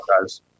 guys